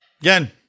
Again